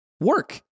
work